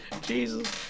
jesus